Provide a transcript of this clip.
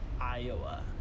Iowa